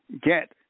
get